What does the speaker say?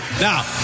now